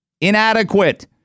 Inadequate